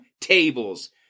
tables